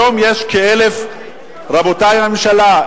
רבותי בממשלה,